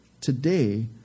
today